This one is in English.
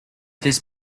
this